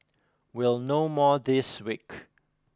we'll know more this week